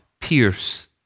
pierce